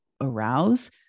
arouse